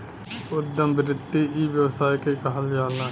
उद्यम वृत्ति इ व्यवसाय के कहल जाला